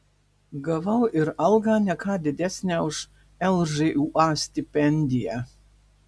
gavau ir algą ne ką didesnę už lžūa stipendiją